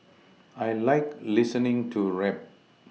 I like listening to rap